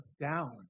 down